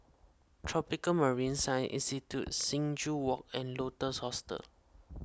Tropical Marine Science Institute Sing Joo Walk and Lotus Hostel